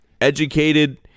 educated